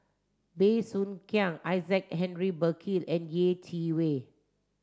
Bey Soo Khiang Isaac Henry Burkill and Yeh Chi Wei